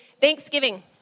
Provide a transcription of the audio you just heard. Thanksgiving